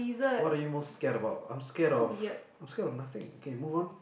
what are you most scared about I'm scared of I'm scared of nothing okay move on